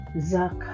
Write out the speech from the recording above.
Zach